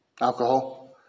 alcohol